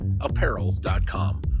apparel.com